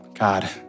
God